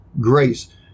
grace